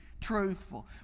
truthful